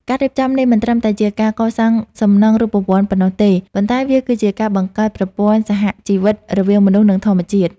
ការរៀបចំនេះមិនត្រឹមតែជាការកសាងសំណង់រូបវន្តប៉ុណ្ណោះទេ ប៉ុន្តែវាគឺជាការបង្កើតប្រព័ន្ធ សហជីវិត រវាងមនុស្ស និងធម្មជាតិ។